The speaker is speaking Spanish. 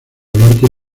norte